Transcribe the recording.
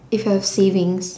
if your savings